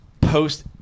post